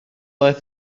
aeth